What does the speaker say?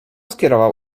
skierował